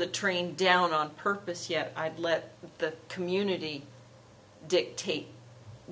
the train down on purpose yeah i'd let the community dictate